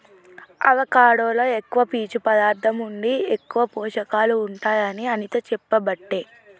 avocado లో ఎక్కువ పీచు పదార్ధం ఉండి ఎక్కువ పోషకాలు ఉంటాయి అని అనిత చెప్పబట్టే